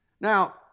Now